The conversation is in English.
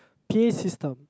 P_A system